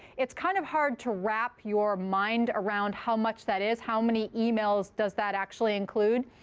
it's kind of hard to wrap your mind around how much that is. how many emails does that actually include?